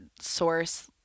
source